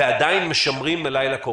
ועדיין משמרים מלאי לקורונה?